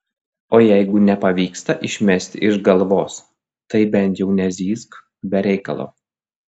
o jeigu nepavyksta išmesti iš galvos tai bent jau nezyzk be reikalo